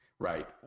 Right